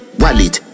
wallet